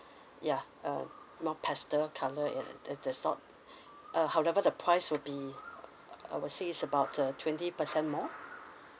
ya uh more pastel colour it the the sort uh however the price will be I would say is about uh twenty percent more